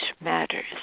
matters